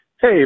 Hey